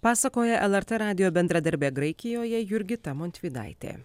pasakoja lrt radijo bendradarbė graikijoje jurgita montvydaitė